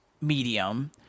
medium